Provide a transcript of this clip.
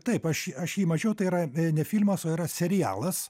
taip aš aš jį mačiau tai yra e ne filmas o yra serialas